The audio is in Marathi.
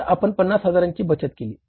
तर आपण 50 हजारांची बचत केली